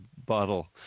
bottle